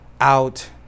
out